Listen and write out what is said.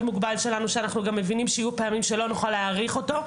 מוגבל שלנו שאנחנו גם מבינים שיהיו פעמים שלא נוכל להאריך אותו,